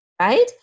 right